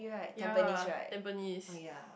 ya Tampines